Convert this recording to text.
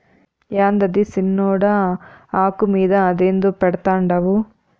యాందది సిన్నోడా, ఆకు మీద అదేందో పెడ్తండావు